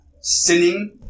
sinning